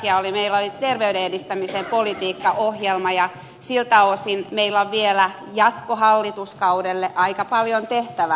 meillä oli terveyden edistämisen politiikkaohjelma ja siltä osin meillä on vielä jatkohallituskaudelle aika paljon tehtävää